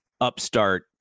upstart